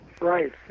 right